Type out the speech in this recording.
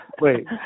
Wait